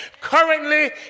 currently